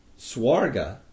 swarga